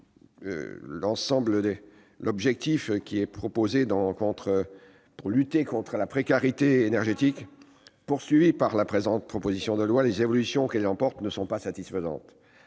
l'objectif de lutte contre la précarité énergétique visé par la présente proposition de loi, les évolutions qu'elle emporte ne sont pas satisfaisantes.